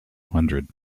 hundred